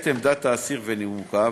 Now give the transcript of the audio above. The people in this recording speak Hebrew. את עמדת האסיר ונימוקיו,